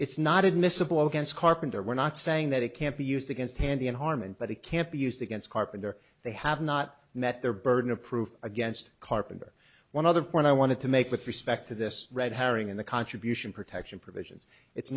it's not admissible against carpenter we're not saying that it can't be used against handy in harmon but he can't be used against carpenter they have not met their burden of proof against carpenter one other point i wanted to make with respect to this red herring in the contribution protection provisions it's